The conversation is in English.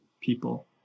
people